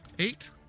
Eight